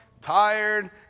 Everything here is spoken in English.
tired